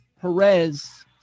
Perez